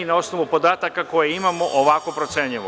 Na osnovu podataka koje imamo, mi ovako procenjujemo.